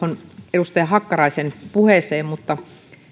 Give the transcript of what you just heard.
edustaja hakkaraisen puheeseen mutta